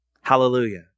Hallelujah